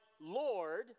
Lord